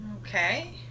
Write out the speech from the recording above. Okay